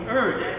earth